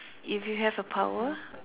if you have a power